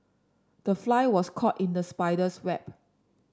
the fly was caught in the spider's web